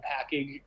package